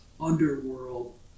underworld